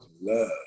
love